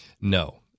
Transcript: no